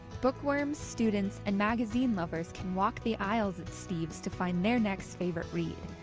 book worms, students, and magazine lovers can walk the aisles at steve's to find their next favorite read.